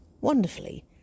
Wonderfully